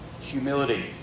Humility